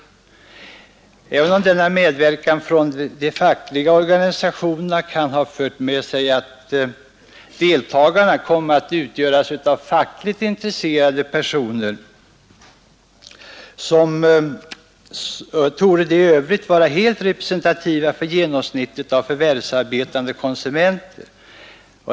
Även om denna medverkan från de fackliga organisationerna kan ha fört med sig att deltagarna kom att utgöras av fackligt intresserade personer, torde de i övrigt vara helt representativa för genomsnittet av förvärvsarbetande konsumenter.